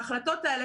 החלטות האלה,